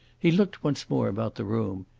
he looked once more about the room.